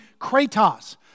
kratos